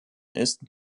ist